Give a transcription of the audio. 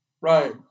Right